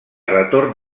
retorn